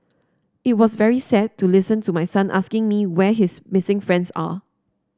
it was very sad to listen to my son asking me where his missing friends are